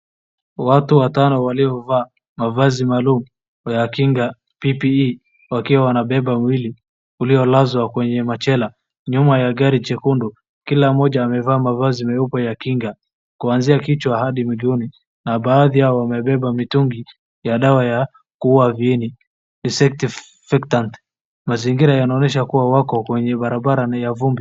Watu watano waliovaa mavazi maalum ya kinga PPE wakiwa wanabeba mwili uliolazwa kwenye machela. Nyuma ya gari jekundu, kila mmoja amevaa mavazi meupe ya kinga, kwanzia kichwa hadi miguuni na baadhi yao wamebeba mitungi ya dawa ya kuua viini insecticide . Mazingira yanaonyesha kuwa wako kwenye barabara ni ya vumbi.